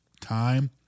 time